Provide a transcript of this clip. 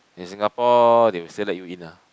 in Singapore they will still let you in lah